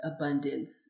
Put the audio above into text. abundance